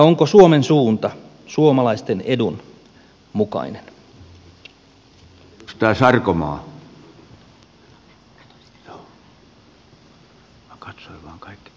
onko suomen suunta suomalaisten edun mukainen